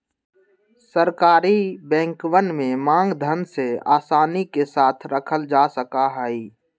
सरकारी बैंकवन में मांग धन के आसानी के साथ रखल जा सका हई